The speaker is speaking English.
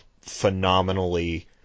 phenomenally